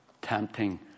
tempting